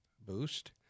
Boost